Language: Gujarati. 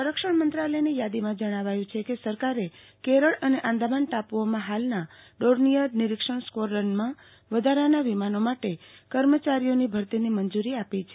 સંરક્ષણ મંત્રાલયની ચાદીમાં જણાવાયું છે કે સરકારે કેરળ અને આંદામાન ટાપુઓમાં હાલના ડોર્નીચર નીરીક્ષણ સ્કવોડ્રનમાં વધારાના વિમાનો માટે કર્મચારીઓની ભરતીની મંજૂરી આપી છે